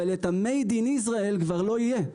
אבל את ה-Made in Israel כבר לא יהיה,